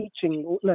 teaching